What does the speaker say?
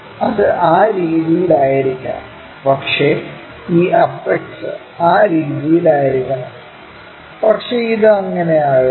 അത് ആ രീതിയിലായിരിക്കാം പക്ഷേ ഈ അപെക്സ് ആ രീതിയിലായിരിക്കണം പക്ഷേ അത് അങ്ങനെയാകരുത്